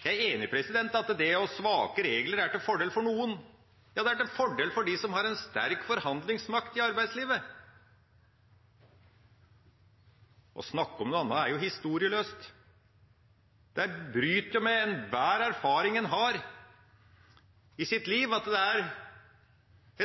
Jeg er enig i at det å ha svake regler er til fordel for noen. Ja, det er til fordel for dem som har en sterk forhandlingsmakt i arbeidslivet. Å snakke om noe annet er jo historieløst. Det bryter med enhver erfaring en har i sitt liv for at det er